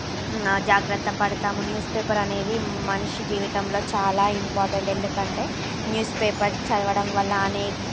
జాగ్రత్త పడతాము newspaper అనేది మనిషి జీవితంలో చాలా ఇంపార్టెంట్ ఎందుకంటే న్యూస్ పేపర్ చదవడం వల్ల అనేక